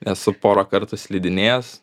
esu porą kartų slidinėjęs